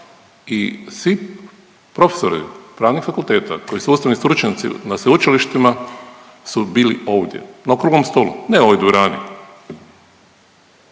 i svi profesori pravnih fakulteta koji su ustavni stručnjaci na sveučilištima su bili ovdje, na okruglom stolu. Ne u ovoj dvorani.